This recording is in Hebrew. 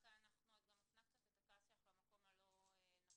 את גם מפנה קצת את הכעס שלך למקום הלא נכון,